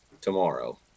tomorrow